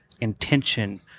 intention